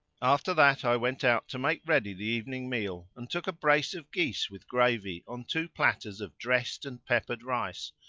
after that i went out to make ready the evening meal and took a brace of geese with gravy on two platters of dressed and peppered rice,